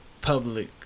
public